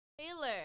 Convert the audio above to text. Taylor